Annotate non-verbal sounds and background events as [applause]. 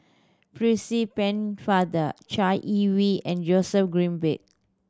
[unintelligible] Pennefather Chai Yee Wei and Joseph Grimberg